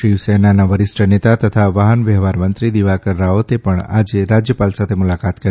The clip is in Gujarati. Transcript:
શિવસેના નેતા તથા વાહનવ્યવહાર મંત્રી દિવાકર રાઓતે પણ આજે રાજ્યપાલ સાથે મુલાકાત કરી